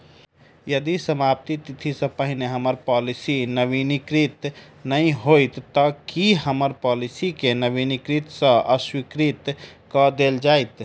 यदि समाप्ति तिथि सँ पहिने हम्मर पॉलिसी नवीनीकृत नहि होइत तऽ की हम्मर पॉलिसी केँ नवीनीकृत सँ अस्वीकृत कऽ देल जाइत?